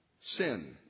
Sin